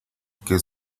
que